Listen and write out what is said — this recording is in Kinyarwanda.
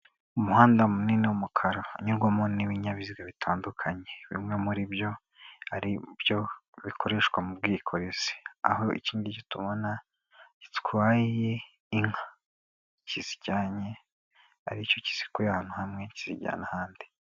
Umuhanda munini w'umukara unyurwamo n'ibinyabiziga bitandukanye, bimwe muri byo ari byo bikoreshwa mu bwikorezi, aho iki ngiki tubona gitwaye inka, kizijyanye ari cyo kizikuye ahantu hamwe kizijyana ahandi.